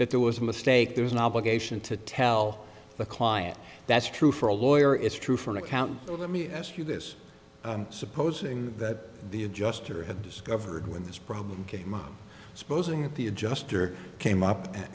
that there was a mistake there's an obligation to tell the client that's true for a lawyer it's true for an accountant to let me ask you this supposing that the adjuster had discovered when this problem came up supposing that the adjuster came up